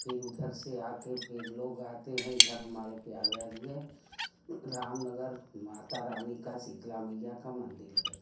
फिर उधर से आके फिर लोग आते हैं इधर हमारे प्रयागराज में रामनगर माता रानी का शीतला मैया का मंदिर है